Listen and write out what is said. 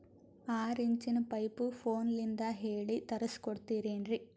ಆರಿಂಚಿನ ಪೈಪು ಫೋನಲಿಂದ ಹೇಳಿ ತರ್ಸ ಕೊಡ್ತಿರೇನ್ರಿ?